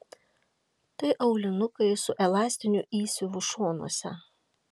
tai aulinukai su elastiniu įsiuvu šonuose